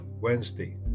Wednesday